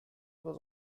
was